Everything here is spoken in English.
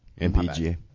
MPGA